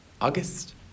August